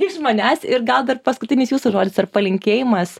iš manęs ir gal dar paskutinis jūsų žodis ar palinkėjimas